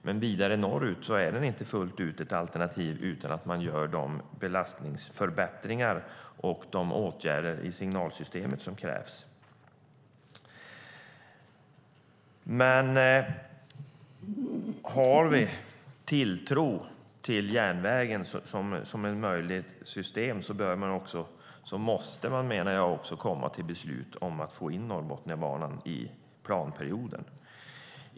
Men vidare norrut är den inte fullt ut ett alternativ utan att man gör de belastningsförbättringar och åtgärder i signalsystemet som krävs. Men har vi tilltro till järnvägen som ett möjligt system måste man också komma till beslut om att få in Norrbotniabanan i planperioden.